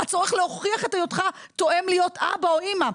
הצורך להוכיח את היותך תואם להיות אבא או אמא.